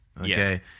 Okay